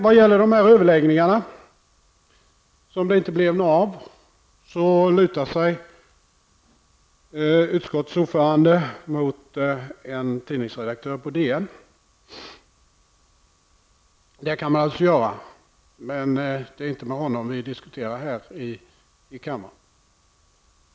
Vad gäller de överläggningar som det inte blev något av lutar sig utskottets ordförande mot en tidningsredaktör på Dagens Nyheter, och det kan han förstås göra. Men det är inte denne tidningsredaktör som vi diskuterar med här i kammaren.